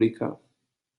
republika